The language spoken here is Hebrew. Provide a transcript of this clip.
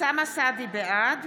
בעד